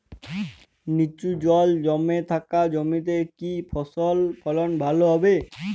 নিচু জল জমে থাকা জমিতে কি ফসল ফলন ভালো হবে?